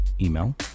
email